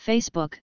Facebook